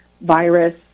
virus